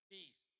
Peace